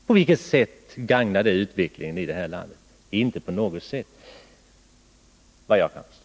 På vilket sätt gagnar det utvecklingen här i landet? Inte på något sätt, vad jag kan förstå.